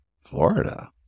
Florida